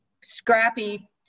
scrappy